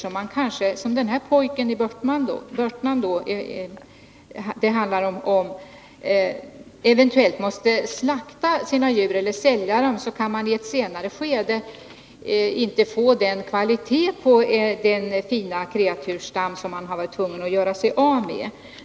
Om man, som pojken i Börtnan, har kreatur och eventuellt måste slakta sina djur eller sälja dem, kan man inte i ett senare skede få samma kvalitet på kreatursstammen som man hade på den man var tvungen att göra sig av med.